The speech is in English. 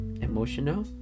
emotional